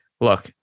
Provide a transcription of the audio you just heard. look